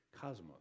cosmos